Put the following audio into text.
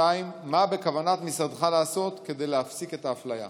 2. מה בכוונת משרדך לעשות כדי להפסיק את האפליה?